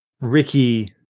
Ricky